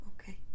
okay